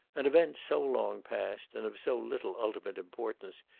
an event so long past, and of so little ultimate importance,